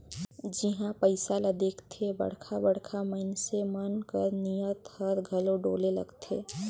जिहां पइसा ल देखथे बड़खा बड़खा मइनसे मन कर नीयत हर घलो डोले लगथे